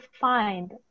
find